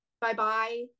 bye-bye